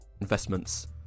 Investments